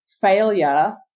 failure